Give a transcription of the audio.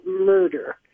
murder